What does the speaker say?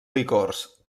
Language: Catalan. licors